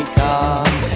come